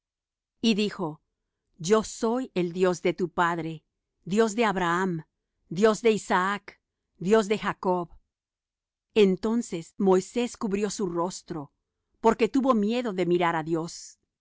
y dijo yo soy el dios de tu padre dios de abraham dios de isaac dios de jacob entonces moisés cubrió su rostro porque tuvo miedo de mirar á dios